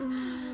um